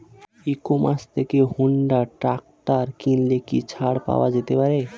E commerce থেকে Honda tractor কিনলে কি ছাড় পাওয়া যেতে পারে?